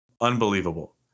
Unbelievable